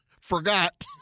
forgot